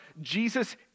Jesus